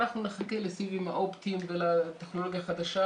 אנחנו נחכה לסיבים האופטיים ולטכנולוגיה החדשה,